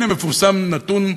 מפורסם נתון,